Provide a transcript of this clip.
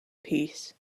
peace